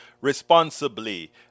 responsibly